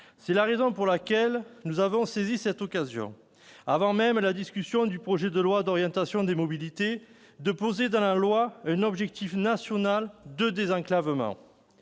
C'est la raison pour laquelle nous avons saisi cette occasion, avant même la discussion du projet de loi d'orientation des mobilités, d'inscrire dans la loi un objectif national de désenclavement.